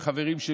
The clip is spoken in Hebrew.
הם חברים,